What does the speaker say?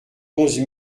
onze